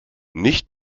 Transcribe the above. nicht